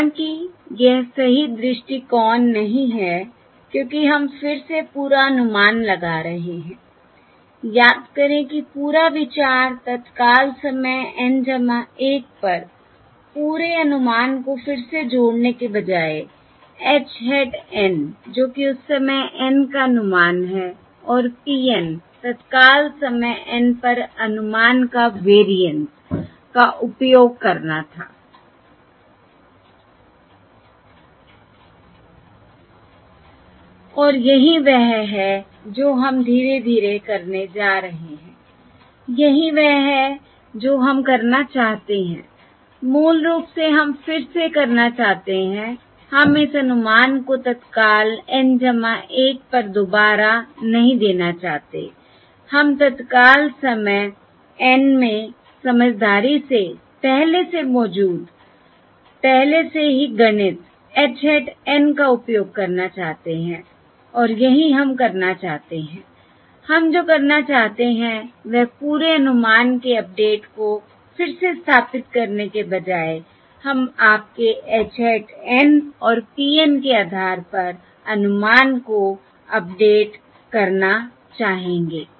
हालाँकि यह सही दृष्टिकोण नहीं है क्योंकि हम फिर से पूरा अनुमान लगा रहे हैं याद करें कि पूरा विचार तत्काल समय N 1 पर पूरे अनुमान को फिर से जोड़ने के बजाय h hat N जो कि उस समय N का अनुमान है और P N तत्काल समय N पर अनुमान का वेरिएंस का उपयोग करना था I और यही वह है जो हम धीरे धीरे करने जा रहे हैं यही वह है जो हम करना चाहते हैं मूल रूप से हम फिर से करना चाहते हैं हम इस अनुमान को तत्काल N 1 पर दोबारा नहीं देना चाहते हम तत्काल समय N में समझदारी से पहले से मौजूद पहले से ही गणित h hat N का उपयोग करना चाहते हैं और यही हम करना चाहते हैं हम जो करना चाहते हैं वह पूरे अनुमान के अपडेट को फिर से स्थापित करने के बजाय हम आपके h hat N और P N के आधार पर अनुमान को अपडेट करना चाहेंगे